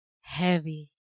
heavy